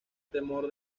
temor